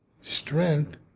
strength